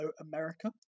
America